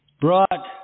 brought